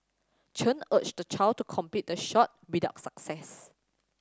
Chen urged the child to complete the shot without success